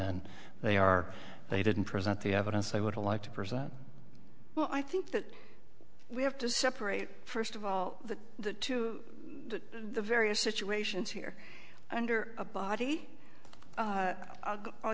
then they are they didn't present the evidence i would like to present well i think that we have to separate first of all the the various situations here under a body a